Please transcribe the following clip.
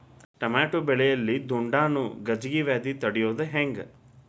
Tomato ಬೆಳೆಯಲ್ಲಿ ದುಂಡಾಣು ಗಜ್ಗಿ ವ್ಯಾಧಿ ತಡಿಯೊದ ಹೆಂಗ್?